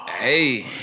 Hey